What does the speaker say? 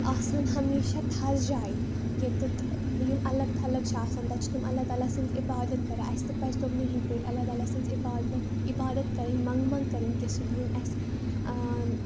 آسان ہَمیشہ تھز جایہِ ییٚتیٚتھ یِم اَلگ تَھلگ چھِ آسان تتیٚتھ چھِ تِم اللہ تَعالیٰ سٕنز عِبادت کَران اسہِ تہِ پَزِ تٔمنٕے ہنٛدۍ پٲٹھۍ اللہ تعالیٰ سٕنٛز عِبادت کَرٕنۍ مَنگہٕ مَنگ کَرٕنۍ کہِ سُہ دیِنۍ اسہِ آ